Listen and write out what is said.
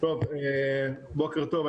בוקר טוב,